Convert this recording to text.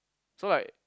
so like